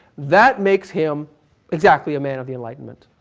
that makes him exactly a man of the enlightenment.